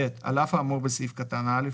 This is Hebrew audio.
על אף האמור בסעיף קטן (א),